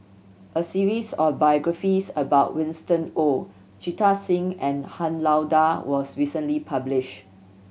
a series of biographies about Winston Oh Jita Singh and Han Lao Da was recently published